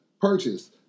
Purchase